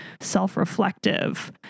self-reflective